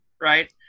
right